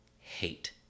hate